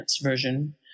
version